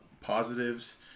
positives